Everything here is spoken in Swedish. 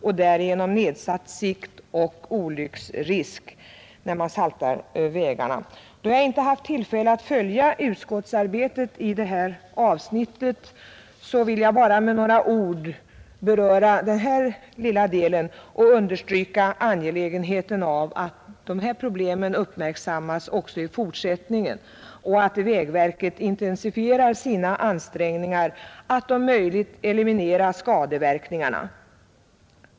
En följd av detta blir nedsatt sikt och ökad olycksrisk. Då jag inte haft tillfälle att följa utskottsarbetet i detta avsnitt vill jag endast med några ord beröra denna lilla del av betänkandet. Jag vill understryka angelägenheten av att dessa problem uppmärksammas också i fortsättningen och att vägverket intensifierar sina ansträngningar att om möjligt eliminera skadeverkningarna.